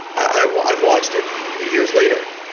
i've watched it years later.